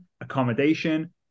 accommodation